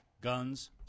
guns